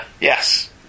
Yes